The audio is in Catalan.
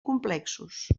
complexos